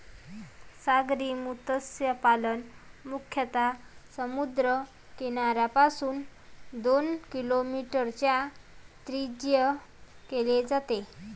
सागरी मत्स्यपालन मुख्यतः समुद्र किनाऱ्यापासून दोन किलोमीटरच्या त्रिज्येत केले जाते